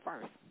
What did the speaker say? first